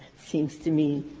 seems to me